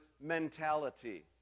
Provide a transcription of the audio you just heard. mentality